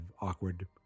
awkward